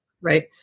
right